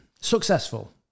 successful